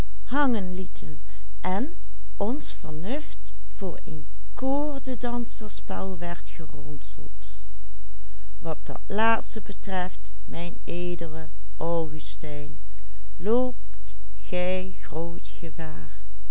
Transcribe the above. koordedanserspel werd geronseld wat dat laatste betreft mijn edele augustijn